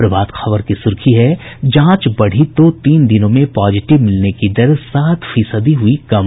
प्रभात खबर की सुर्खी है जांच बढ़ी तो तीन दिनों में पॉजिटिव मिलने की दर सात फीसदी हुई कम